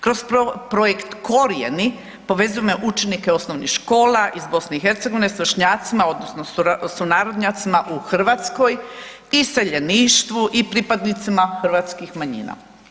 Kroz projekt Korijeni povezujemo učenike osnovnih škola iz BiH s vršnjacima odnosno sunarodnjacima u Hrvatskoj, iseljeništvu i pripadnicima hrvatskih manjina.